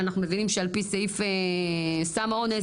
אנחנו מבינים שעל פי סעיף סם האונס,